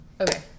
okay